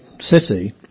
city